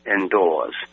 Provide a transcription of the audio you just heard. indoors